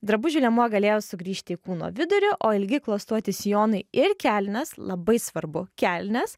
drabužių liemuo galėjo sugrįžti į kūno vidurį o ilgi klostuoti sijonai ir kelnės labai svarbu kelnės